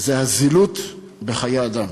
הזילות בחיי אדם.